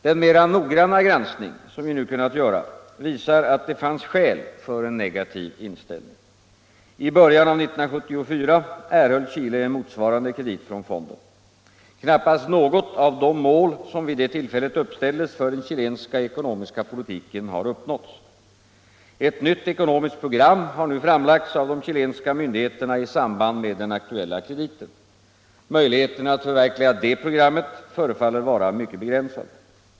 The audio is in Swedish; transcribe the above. Den mera noggranna granskning som vi nu kunnat göra visar att det fanns skäl för en negativ inställning. I början av 1974 erhöll Chile en motsvarande «kredit från fonden. Knappast något av de mål som vid 237 det tillfället uppställdes för den chilenska ekonomiska politiken har uppnåtts. Ett nytt ekonomiskt program har nu framlagts av de chilenska myndigheterna i samband med den aktuella krediten. Möjligheterna att förverkliga detta program förefaller vara mycket begränsade.